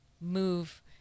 move